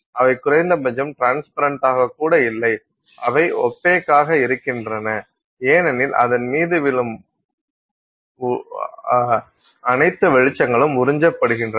அவை குறைந்தபட்சம் ட்ரான்ஸ்பரண்டாக கூட இல்லை அவை ஒப்பேக்காக இருக்கின்றன ஏனெனில் அதன் மீது விழும் அனைத்து வெளிச்சங்களும் உறிஞ்சப்படுகின்றன